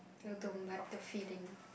they don't like the feeding